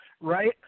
right